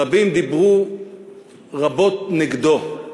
רבים דיברו רבות נגדו.